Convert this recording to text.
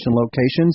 locations